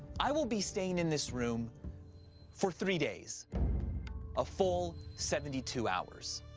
i will be staying in this room for three days a full seventy two hours.